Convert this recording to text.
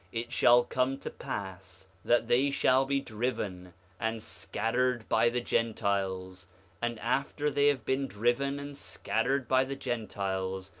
it shall come to pass that they shall be driven and scattered by the gentiles and after they have been driven and scattered by the gentiles,